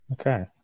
okay